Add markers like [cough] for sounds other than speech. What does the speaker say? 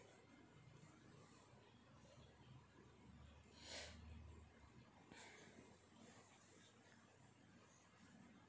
[breath]